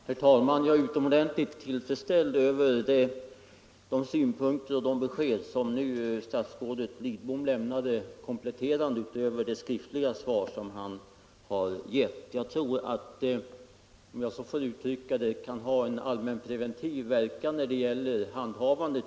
Herr talman! Jag är utomordentligt tillfredsställd över de kompletterande synpunkter och besked som statsrådet Lidbom nu lämnade utöver vad han framhöll i sitt inledande anförande. Jag tror att de kan ha en allmänpreventiv verkan i detta sammanhang.